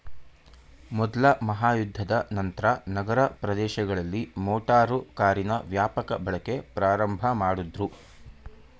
ಮೊದ್ಲ ಮಹಾಯುದ್ಧದ ನಂತ್ರ ನಗರ ಪ್ರದೇಶಗಳಲ್ಲಿ ಮೋಟಾರು ಕಾರಿನ ವ್ಯಾಪಕ ಬಳಕೆ ಪ್ರಾರಂಭಮಾಡುದ್ರು